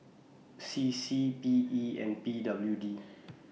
C C P E and P W D